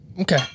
Okay